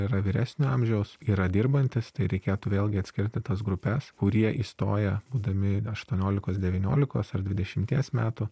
yra vyresnio amžiaus yra dirbantys tai reikėtų vėlgi atskirti tas grupes kurie įstoja būdami aštuoniolikos devyniolikos ar dvidešimties metų